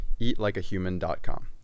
eatlikeahuman.com